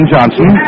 Johnson